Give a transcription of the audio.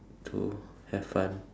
to have fun